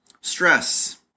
Stress